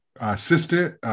assistant